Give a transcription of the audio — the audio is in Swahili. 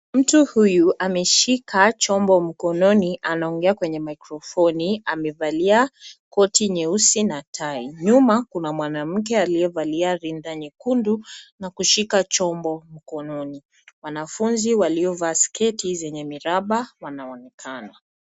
Mtu huyu ameshika chombo mkononi, anaongea kwenye mikrofoni amevalia koti nyeusi na tai. Nyuma kuna mwanamke aliyevalia rinda nyekundu, na kushika chombo mkononi. Wanafunzi waliovaa sketi zenye miraba wanaonekana.